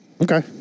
Okay